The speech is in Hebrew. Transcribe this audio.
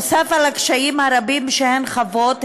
נוסף על הקשיים הרבים שהן חוות,